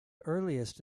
earliest